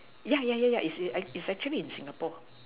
yeah yeah yeah yeah its a its actually in Singapore